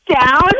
down